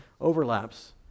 overlaps